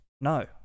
No